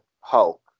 Hulk